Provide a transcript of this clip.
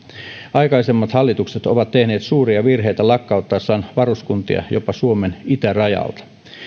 aikaisemmat hallitukset ovat tehneet suuria virheitä lakkauttaessaan varuskuntia jopa suomen itärajalta